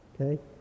Okay